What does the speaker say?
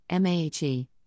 MAHE